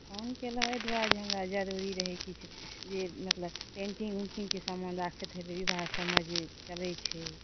phone केलहुँ एहि दुआरे जे हमरा जरुरी रहै किछु जे मतलब पेन्टिंगकेँ समान राखैत होयबै विवाह सबमे जे चलैत छै